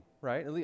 Right